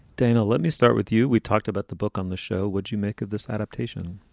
dana, let me start with you. we talked about the book on the show, what you make of this adaptation